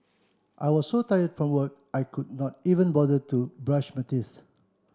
I was so tired from work I could not even bother to brush my teeth